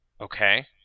Okay